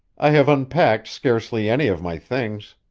i have unpacked scarcely any of my things.